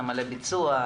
על הביצוע,